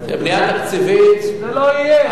הבנייה התקציבית, זה לא יהיה.